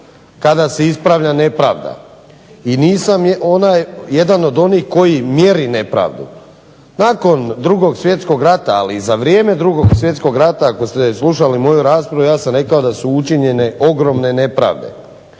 kada se ispravlja nepravda. I nisam jedan od onih koji mjeri nepravdu. Nakon 2. Svjetskog rata ali i za vrijeme 2. Svjetskog rata ako ste slušali moju raspravu ja sam rekao da su učinjene ogromne nepravde